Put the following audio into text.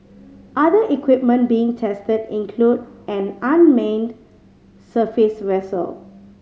other equipment being tested include an unmanned surface vessel